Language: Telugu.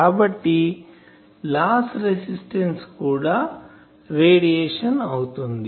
కాబట్టి లాస్ రెసిస్టెన్సు కూడా రేడియేషన్ అవుతుంది